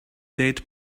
date